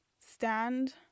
stand